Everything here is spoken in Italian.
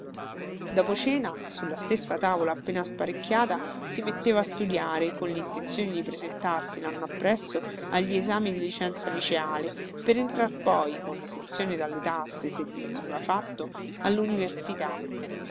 dopo cena sulla stessa tavola appena sparecchiata si metteva a studiare con lintenzione di presentarsi lanno appresso agli esami di licenza liceale per entrar poi con lesenzione dalle tasse se gli veniva fatto